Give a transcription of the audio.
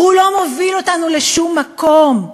והוא לא מוביל אותנו לשום מקום.